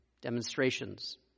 demonstrations